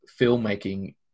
filmmaking